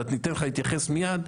ואני אתן לך התייחס מיד,